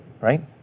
right